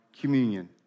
Communion